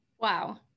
Wow